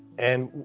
and